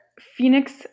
Phoenix